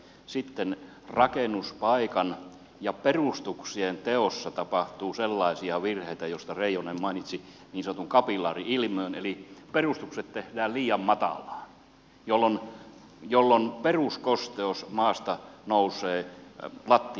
sitten rakennuspaikan ja perustuksien teossa tapahtuu sellaisia virheitä joista reijonen mainitsi niin sanotun kapillaari ilmiön eli perustukset tehdään liian matalaan jolloin peruskosteus maasta nousee lattiaeristeisiin